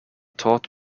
taught